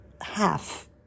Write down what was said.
half